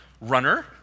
runner